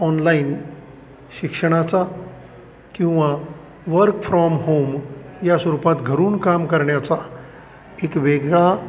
online शिक्षणाचा किंवा work from home या स्वरूपात घरून काम करण्याचा एक वेगळा